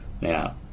Now